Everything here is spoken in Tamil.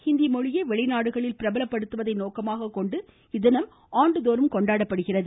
ஹிந்தி மொழியை வெளிநாடுகளில் பிரபலப்படுத்துவதை நோக்கமாக கொண்டு இத்தினம் ஆண்டுதோறும் கொண்டாடப்படுகிறது